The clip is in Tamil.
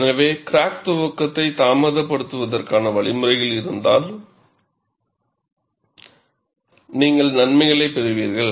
எனவே கிராக் துவக்கத்தை தாமதப்படுத்துவதற்கான வழிமுறைகள் இருந்தால் நீங்கள் நன்மைகளைப் பெறுவீர்கள்